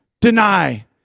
deny